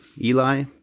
Eli